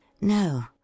No